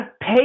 pay